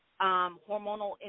hormonal